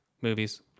movies